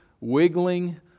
wiggling